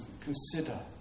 consider